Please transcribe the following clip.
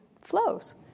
flows